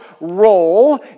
role